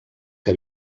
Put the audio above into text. que